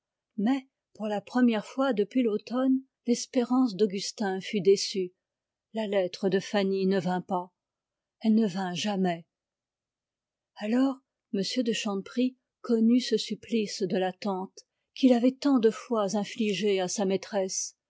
mais pour la première fois depuis l'automne l'espérance d'augustin fut déçue la lettre de fanny ne vint pas elle ne vint jamais alors m de chanteprie connut ce supplice de l'attente qu'il avait tant de fois infligé à sa maîtresse